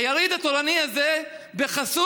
היריד התורני הזה בחסות